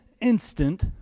instant